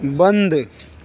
बंद